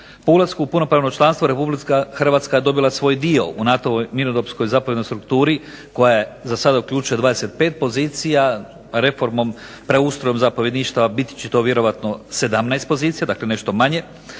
ulasku u punopravno članstvo RH je dobila svoj dio u NATO-voj mirnodopskoj zapovjednoj strukturi koja zasada uključuje 25 pozicija, reformom, preustrojem zapovjedništva biti će to vjerojatno 17 pozicija, dakle nešto manje.